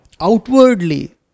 outwardly